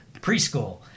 preschool